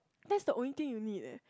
that's the only thing you need leh